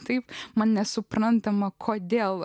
taip man nesuprantama kodėl